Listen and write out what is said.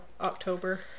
October